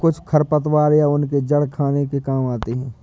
कुछ खरपतवार या उनके जड़ खाने के काम आते हैं